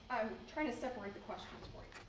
trying to separate the questions for